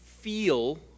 feel